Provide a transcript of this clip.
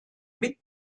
mit